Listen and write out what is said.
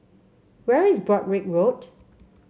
where is Broadrick Road